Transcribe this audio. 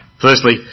Firstly